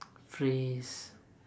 phrase